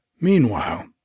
Meanwhile